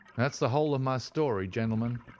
that's the whole of my story, gentlemen.